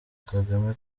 kagame